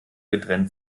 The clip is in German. getrennt